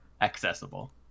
accessible